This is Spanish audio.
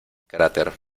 cráter